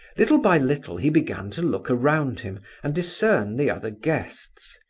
little by little he began to look around him and discern the other guests.